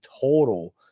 total